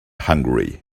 hungry